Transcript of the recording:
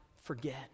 forget